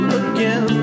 again